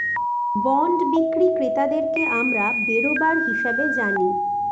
bond বিক্রি ক্রেতাদেরকে আমরা বেরোবার হিসাবে জানি